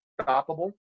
stoppable